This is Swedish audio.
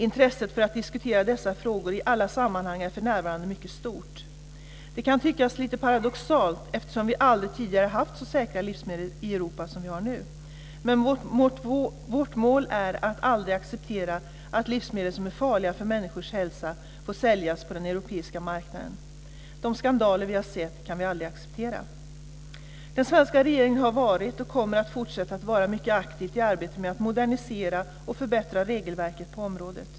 Intresset för att diskutera dessa frågor i alla sammanhang är för närvarande mycket stort. Det kan tyckas lite paradoxalt eftersom vi aldrig tidigare haft så säkra livsmedel i Europa som vi har nu. Men vårt mål är att aldrig acceptera att livsmedel som är farliga för människors hälsa får säljas på den europeiska marknaden. De skandaler vi har sett kan vi aldrig acceptera. Den svenska regeringen har varit och kommer att fortsätta att vara mycket aktiv i arbetet med att modernisera och förbättra regelverket på området.